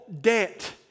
debt